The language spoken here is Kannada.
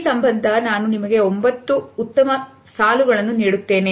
ಈ ಸಂಬಂಧ ನಾನು ನಿಮಗೆ 9 ಉತ್ತಮ ಸಾಲುಗಳನ್ನು ನೀಡುತ್ತೇನೆ